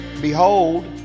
Behold